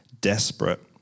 desperate